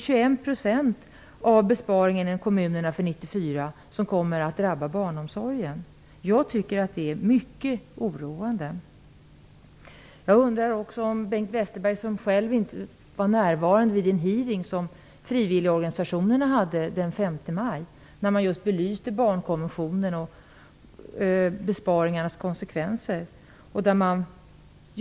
21 % av besparingarna i kommunerna för 1994 kommer att drabba barnomsorgen. Jag tycker att det är mycket oroande. Bengt Westerberg var inte närvarande vid en hearing arrangerad av frivilligorganisationerna den 5 maj. Då belystes barnkonventionen och konsekvenserna av besparingarna.